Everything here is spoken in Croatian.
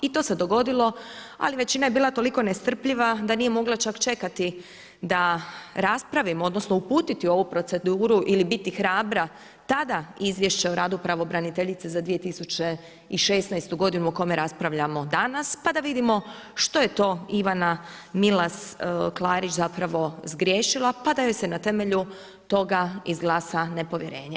I to se dogodilo, ali većina je bila toliko nestrpljiva da nije mogla čak čekati da raspravimo odnosno uputiti ovu proceduru ili biti hrabra tada Izvješće o radu pravobraniteljice za 2016. godinu o kome raspravljamo danas, pa da vidimo što je to Ivana Milas Klarić zapravo zgriješila pa da joj se na temelju toga izglasa nepovjerenje.